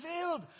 revealed